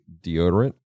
deodorant